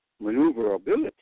maneuverability